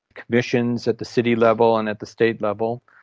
commissions at the city level and at the state level.